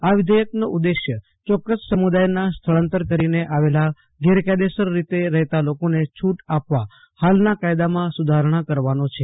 આ વિધેયકનો ઉદેશ્ય ચોક્કસ સમુદાયના સ્થળાંતર કરીને આવેલા ગેરકાયદેસર રીતે રહેતા લોકોને છૂટ આપવા હાલના કાયદામાં સુધારણા કરવાનો છે